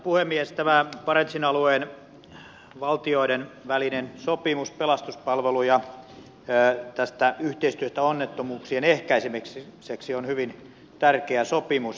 tämä barentsin alueen valtioiden välinen sopimus pelastuspalvelusta ja yhteistyöstä onnettomuuksien ehkäisemiseksi on hyvin tärkeä sopimus